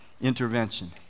intervention